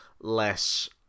less